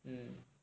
mm